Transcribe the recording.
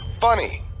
funny